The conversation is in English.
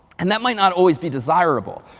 and that might not always be desirable.